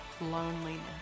loneliness